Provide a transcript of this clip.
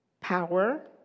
power